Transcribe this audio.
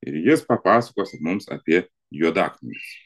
ir jis papasakos mums apie juodaknygius